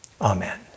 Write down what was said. Amen